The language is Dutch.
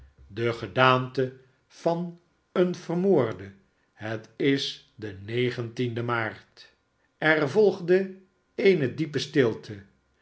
de gedaante van een vermoorde het is de negentiende maart er volgde eene diepe stilte